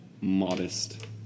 modest